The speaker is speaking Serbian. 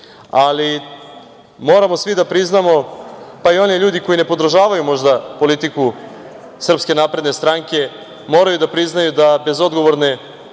ali moramo svi da priznamo, pa i oni ljudi koji ne podržavaju možda politiku Srpske napredne stranke, moraju da priznaju da bez odgovorne